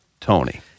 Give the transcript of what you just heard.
Tony